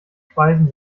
speisen